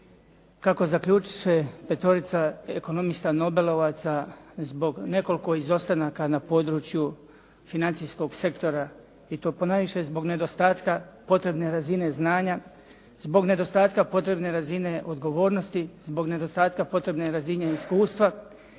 kako zaključiše petorica ekonomista nobelovaca zbog nekoliko izostanaka na području financijskog sektora i to ponajviše zbog nedostatka potrebne razine znanja, zbog nedostatka potrebne razine odgovornosti, zbog nedostatka potrebne razine iskustva,